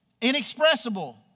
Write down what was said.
Inexpressible